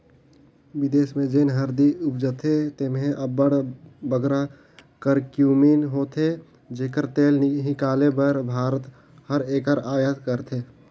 बिदेस में जेन हरदी उपजथे तेम्हें अब्बड़ बगरा करक्यूमिन होथे जेकर तेल हिंकाले बर भारत हर एकर अयात करथे